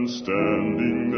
standing